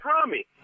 Tommy